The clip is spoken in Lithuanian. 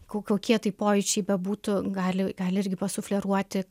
ko kokie tai pojūčiai bebūtų gali gali irgi pasufleruoti